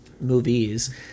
movies